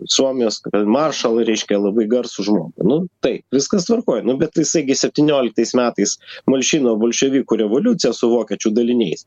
suomijos feldmaršalą reiškia labai garsų žmogų nu taip viskas tvarkoj nu bet jisai gi septynioliktais metais malšino bolševikų revoliuciją su vokiečių daliniais